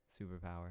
superpower